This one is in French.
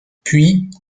puis